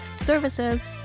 services